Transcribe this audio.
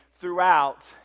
throughout